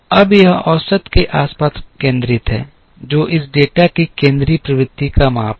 अब यह औसत के आसपास केंद्रित है जो इस डेटा की केंद्रीय प्रवृत्ति का माप है